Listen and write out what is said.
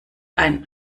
ein